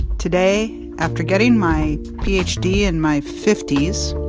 today, after getting my ph d. in my fifty s,